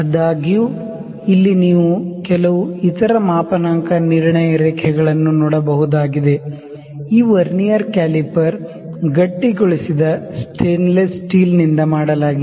ಆದಾಗ್ಯೂ ಇಲ್ಲಿ ನೀವು ಕೆಲವು ಇತರ ಮಾಪನಾಂಕ ನಿರ್ಣಯ ರೇಖೆಗಳನ್ನು ನೋಡಬಹುದಾಗಿದ ಈ ವರ್ನಿಯರ್ ಕ್ಯಾಲಿಪರ್ ಗಟ್ಟಿಗೊಳಿಸಿದ ಸ್ಟೇನ್ಲೆಸ್ ಸ್ಟೀಲ್ ನಿಂದ ಮಾಡಲಾಗಿದೆ